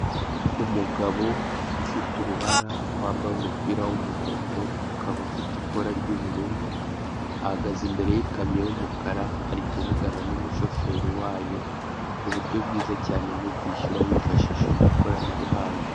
Umugabo fite uruhara, wambaye umupira w'umuhondo, ukaba ufite ikora ry'ubururu, ahagaze imbere y'ikamyo y'umukara, ari kuvugana n'umushoferi wayo, ku buryo bwiza cyane bwo kwishyura hifashishijwe ikoranabuhanga.